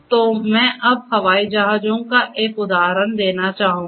तो मैं अब हवाई जहाजों का एक उदाहरण देना चाहूंगा